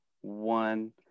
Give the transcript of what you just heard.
one